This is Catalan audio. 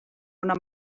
una